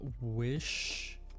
wish